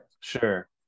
Sure